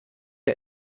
der